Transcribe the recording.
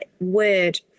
word